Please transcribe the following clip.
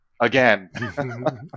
again